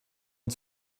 und